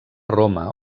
roma